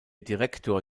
direktor